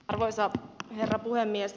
arvoisa herra puhemies